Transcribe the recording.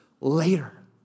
later